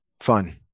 fun